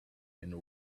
and